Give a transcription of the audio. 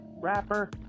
rapper